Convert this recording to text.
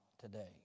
today